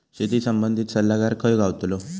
शेती संबंधित सल्लागार खय गावतलो?